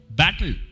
battle